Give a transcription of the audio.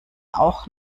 auch